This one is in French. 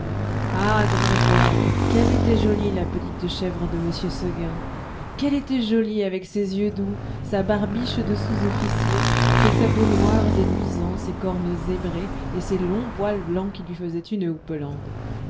gringoire qu'elle était jolie la petite chèvre de m seguin qu'elle était jolie avec ses yeux doux sa barbiche de sous-officier ses sabots noirs et luisants ses cornes zébrées et ses longs poils blancs qui lui faisaient une